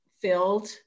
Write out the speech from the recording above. filled